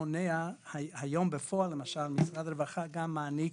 היום בפועל משרד הרווחה גם מעניק